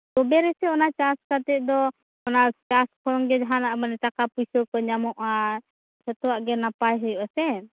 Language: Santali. ᱛᱚᱵᱮ ᱨᱮᱥᱮ ᱚᱱᱟ ᱪᱟᱥ ᱠᱟᱛᱮᱜ ᱫᱚ ᱚᱱᱟ ᱪᱟᱥ ᱠᱷᱚᱱ ᱜᱮ ᱡᱟᱦᱟᱸᱱᱟᱜ ᱢᱟᱱᱮ ᱴᱟᱠᱟ ᱯᱩᱭᱥᱟᱹ ᱠᱚ ᱧᱟᱢᱚᱜᱼᱟ ᱡᱚᱛᱚᱣᱟᱜ ᱜᱮ ᱱᱟᱯᱟᱭ ᱦᱩᱭᱩᱜᱼᱟ ᱥᱮ